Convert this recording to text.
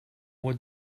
would